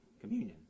Communion